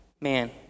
man